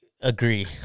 agree